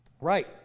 Right